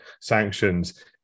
sanctions